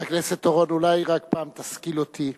חבר הכנסת אורון, אולי רק פעם תשכיל אותי.